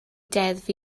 deddf